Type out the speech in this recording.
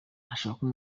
hashakwe